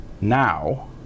now